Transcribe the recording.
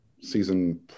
season